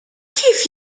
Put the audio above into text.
kif